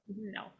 no